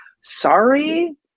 sorry